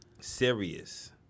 Serious